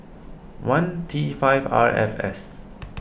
one T five R F S